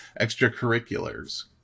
extracurriculars